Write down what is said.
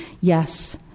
Yes